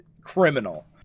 criminal